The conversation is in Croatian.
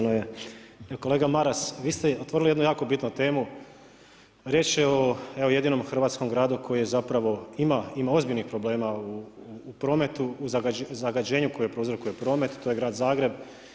Kolega Maras, vi ste otvorili jednu jako bitnu temu, riječ je o jedinom hrvatskom gradu koji zapravo ima ozbiljnih problema u prometu, u zagađenju koje prouzrokuje promet, to je grad Zagreb.